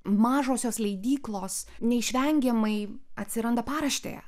mažosios leidyklos neišvengiamai atsiranda paraštėje